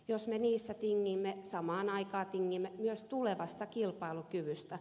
jos me niistä tingimme samaan aikaan tingimme myös tulevasta kilpailukyvystä